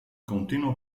continuo